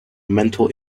mental